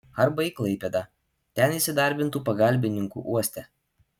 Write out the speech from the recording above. arba į klaipėdą ten įsidarbintų pagalbininku uoste